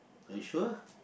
are you sure